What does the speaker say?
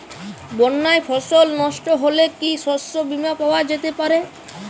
বন্যায় ফসল নস্ট হলে কি শস্য বীমা পাওয়া যেতে পারে?